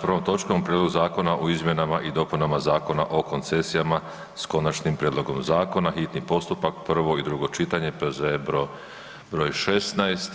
prvom točkom Prijedlog zakona o izmjenama i dopunama Zakona o koncesijama s konačnim prijedlogom zakona, hitni postupak, prvo i drugo čitanje, P.Z.E. br. 16.